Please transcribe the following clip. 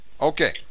okay